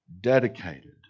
dedicated